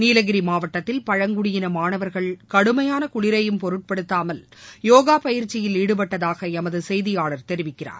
நீலகிரி மாவட்டத்தில் பழங்குடியின மாணவர்கள் கடுமையான குளிரையும் பொருட்படுத்தாமல் யோகா பயிற்சியில் ஈடுபட்டதாக எமது செய்தியாளர் தெரிவிக்கிறார்